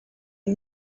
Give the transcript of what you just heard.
you